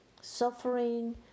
suffering